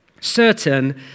certain